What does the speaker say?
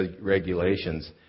regulations